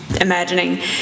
imagining